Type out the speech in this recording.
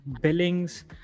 Billings